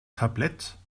tablet